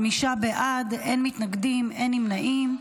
חמישה בעד, אין מתנגדים, אין נמנעים.